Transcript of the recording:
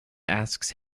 asks